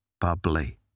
bubbly